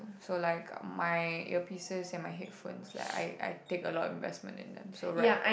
so like my earpieces and my headphones like I I take a lot of investment in them so right